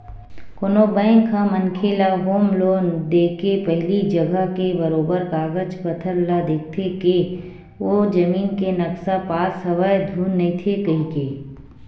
कोनो बेंक ह मनखे ल होम लोन देके पहिली जघा के बरोबर कागज पतर ल देखथे के ओ जमीन के नक्सा पास हवय धुन नइते कहिके